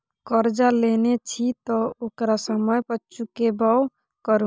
करजा लेने छी तँ ओकरा समय पर चुकेबो करु